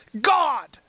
God